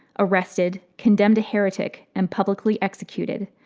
arrested, condemned a heretic, and publicly executed.